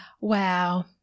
Wow